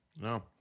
No